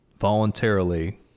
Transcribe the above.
voluntarily